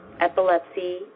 epilepsy